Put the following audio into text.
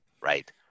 Right